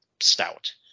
stout